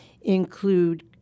include